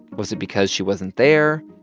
was it because she wasn't there?